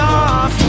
off